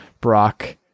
Brock